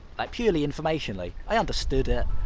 like, purely informationally. i understood it.